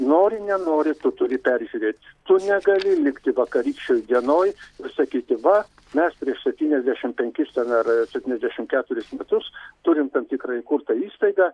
nori nenori tu turi peržiūrėt tu negali likti vakarykščioj dienoj sakyti va mes prieš septyniasdešim penkis ten ar septyniasdešim keturis metus turim tam tikrą įkurtą įstaigą